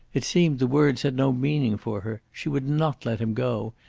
it seemed the words had no meaning for her. she would not let him go.